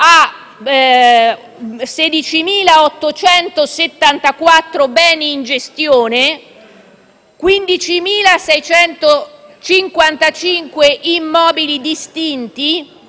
ha 16.874 beni in gestione, 15.655 immobili distinti,